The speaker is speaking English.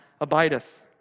abideth